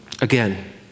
Again